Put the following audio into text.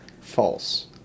False